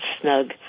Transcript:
snug